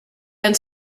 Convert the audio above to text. han